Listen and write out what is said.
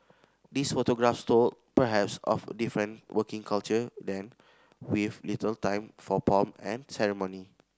these photographs told perhaps of a different working culture then with little time for pomp and ceremony